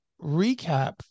recap